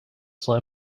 slipped